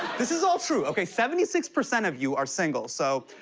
this is all true, okay? seventy six percent of you are single. so,